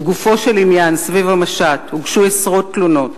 לגופו של עניין: סביב המשט הוגשו עשרות תלונות,